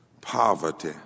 poverty